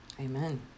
Amen